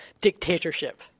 dictatorship